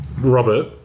Robert